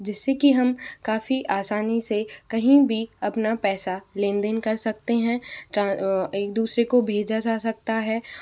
जिससे कि हम काफ़ी आसानी से कहीं भी अपना पैसा लेनदेन कर सकते हैं एक दूसरे को भेजा जा सकता है